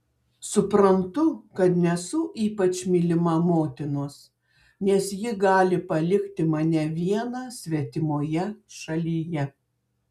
suprantu kad nesu ypač mylima motinos nes ji gali palikti mane vieną svetimoje šalyje